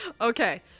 Okay